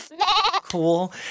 cool